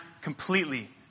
completely